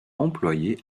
employés